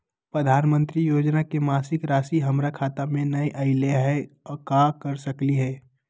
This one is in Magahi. प्रधानमंत्री योजना के मासिक रासि हमरा खाता में नई आइलई हई, का कर सकली हई?